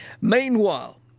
Meanwhile